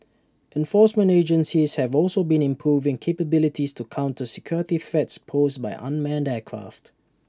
enforcement agencies have also been improving capabilities to counter security threats posed by unmanned aircraft